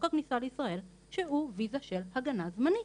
הכניסה לישראל שהוא ויזה של הגנה זמנית,